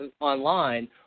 online